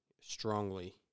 strongly